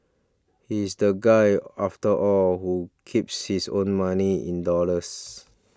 he's the guy after all who keeps his own money in dollars